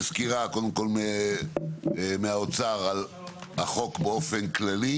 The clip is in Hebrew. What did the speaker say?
סקירה קודם כל מהאוצר על החוק באופן כללי.